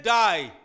die